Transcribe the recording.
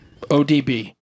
ODB